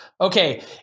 okay